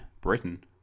Britain